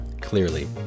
clearly